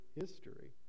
history